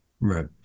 right